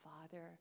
father